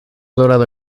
dorado